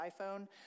iPhone